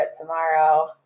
tomorrow